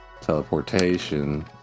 teleportation